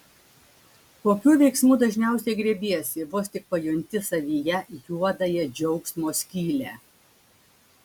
kokių veiksmų dažniausiai griebiesi vos tik pajunti savyje juodąją džiaugsmo skylę